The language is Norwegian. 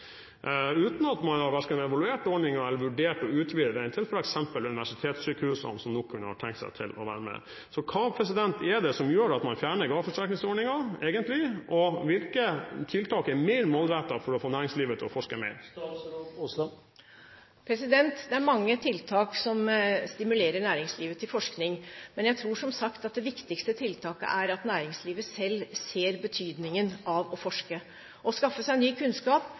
uten at man verken har evaluert ordningen eller vurdert å utvide den til f.eks. universitetssykehusene, som nok kunne ha tenkt seg å være med. Så hva er det egentlig som gjør at man fjerner gaveforsterkningsordningen? Og hvilke tiltak er mer målrettet for å få næringslivet til å forske mer? Det er mange tiltak som stimulerer næringslivet til forskning. Men jeg tror som sagt at det viktigste tiltaket er at næringslivet selv ser betydningen av å forske, skaffe seg ny kunnskap